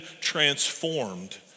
transformed